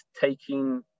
taking